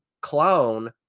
clown